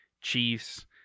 chiefs